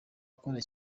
gukora